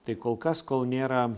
tai kol kas kol nėra